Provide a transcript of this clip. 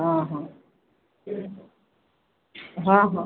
ହଁ ହଁ ହଁ ହଁ